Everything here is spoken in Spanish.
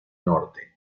norte